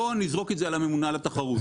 בואו נזרוק את זה על הממונה על התחרות.